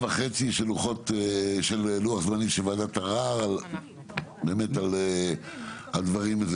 וחצי של לוח זמנים של וועדת ערר על דברים קטנים.